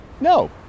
no